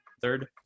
third